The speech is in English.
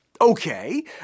okay